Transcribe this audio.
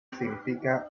significa